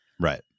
Right